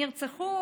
נרצחו,